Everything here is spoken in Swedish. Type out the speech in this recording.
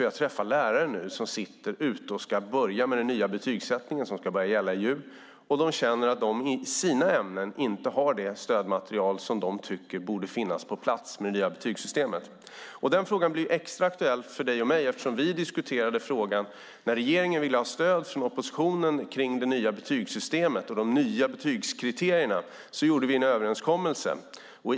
Jag träffar lärare som ska börja med den nya betygssättningen som ska gälla i jul. De känner att de i sina ämnen inte har det stödmaterial som de tycker borde finnas på plats med det nya betygssystemet. Den frågan blir extra aktuell för dig och mig eftersom vi diskuterade frågan. När regeringen ville ha stöd från oppositionen för det nya betygssystemet och de nya betygskriterierna träffade vi en överenskommelse.